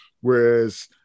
Whereas